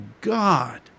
God